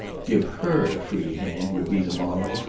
give her a free hand, would be the moral,